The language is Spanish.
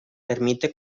permite